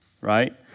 right